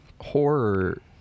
horror